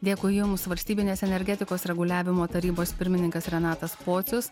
dėkui jums valstybinės energetikos reguliavimo tarybos pirmininkas renatas pocius